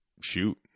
shoot